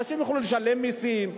הנשים יוכלו לשלם מסים,